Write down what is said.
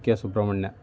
Kukke Subrahmanya